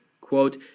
quote